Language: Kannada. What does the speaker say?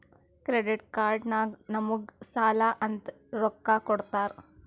ಕ್ರೆಡಿಟ್ ಕಾರ್ಡ್ ನಾಗ್ ನಮುಗ್ ಸಾಲ ಅಂತ್ ರೊಕ್ಕಾ ಕೊಡ್ತಾರ್